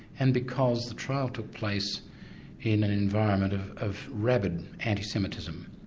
and because the trial took place in an environment of of rabid anti-semitism.